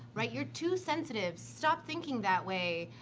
right? you're too sensitive. stop thinking that way.